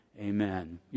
Amen